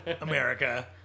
America